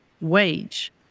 wage